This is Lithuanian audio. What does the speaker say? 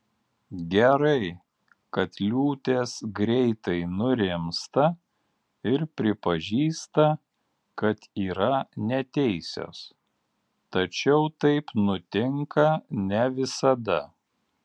gerai kad liūtės greitai nurimsta ir pripažįsta kad yra neteisios tačiau taip nutinka ne visada